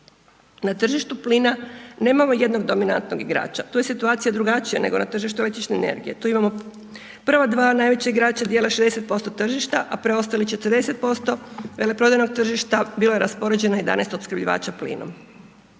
Na tržištu plina nemamo jednog dominantnog igrača, tu je situacija drugačija nego na tržištu električne energije. Tu imamo prva dva najveća igrača dijele 60% tržišta a preostalih 40% veleprodajnog tržišta bilo je raspoređeno 11 opskrbljivača plinom.